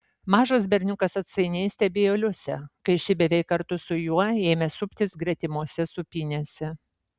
mažas berniukas atsainiai stebėjo liusę kai ši beveik kartu su juo ėmė suptis gretimose sūpynėse